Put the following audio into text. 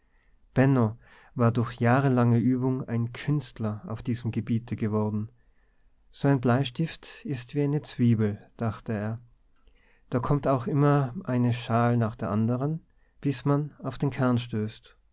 benno war durch jahrelange übung ein künstler auf diesem gebiete geworden so ein bleistift is wie eine zwiebel dachte er da kommt auch immer eine schal nach der anderen bis merr auf den kern stößt